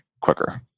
quicker